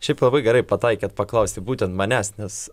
šiaip labai gerai pataikėt paklausti būtent manęs nes